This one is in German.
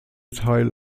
teil